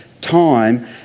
time